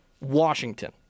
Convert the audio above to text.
Washington